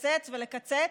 לקצץ ולקצץ.